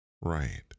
right